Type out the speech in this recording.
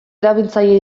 erabiltzaile